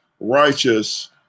righteous